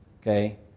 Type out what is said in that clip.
Okay